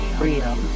freedom